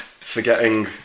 Forgetting